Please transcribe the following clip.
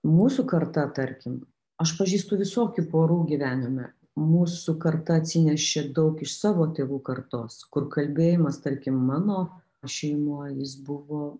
mūsų karta tarkim aš pažįstu visokių porų gyvenime mūsų karta atsinešė daug iš savo tėvų kartos kur kalbėjimas tarkim mano šeimoj jis buvo